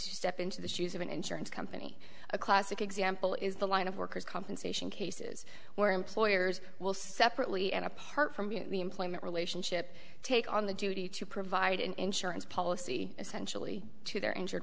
to step into the shoes of an insurance company a classic example is the line of workers compensation cases where employers will separately and apart from the employment relationship take on the duty to provide an insurance policy essentially to their injured